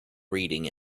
reading